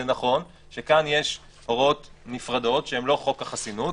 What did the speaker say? זה נכון שכאן יש הוראות נפרדות שהן לא חוק החסינות,